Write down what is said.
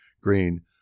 Green